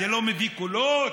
זה לא מביא קולות?